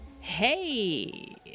Hey